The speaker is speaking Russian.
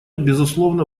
безусловно